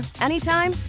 anytime